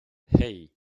hey